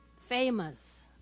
famous